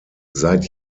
seit